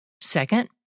Second